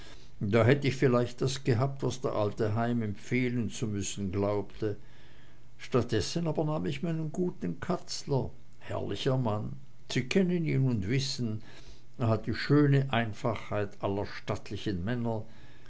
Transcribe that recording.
da hätt ich vielleicht das gehabt was der alte heim empfehlen zu müssen glaubte statt dessen nahm ich aber meinen guten katzler herrlicher mann sie kennen ihn und wissen er hat die schöne einfachheit aller stattlichen männer